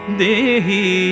dehi